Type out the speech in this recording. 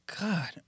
God